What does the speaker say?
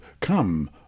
come